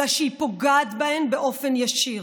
אלא שהיא פוגעת בהן באופן ישיר.